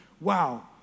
Wow